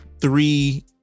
three